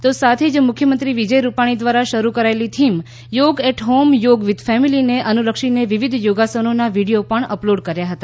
તો સાથે જ મુખ્યમંત્રી વિજય રૂપાણી દ્વારા શરૂ કરાયેલી theme yoga at home yoga with family ને અનુલક્ષીને વિવિધ યોગાસનોના વીડીયો પણ અપલોડ કર્યા હતા